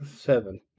Seven